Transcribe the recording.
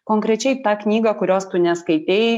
konkrečiai tą knygą kurios tu neskaitei